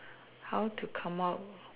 how to come out